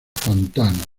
pantanos